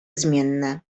zmienne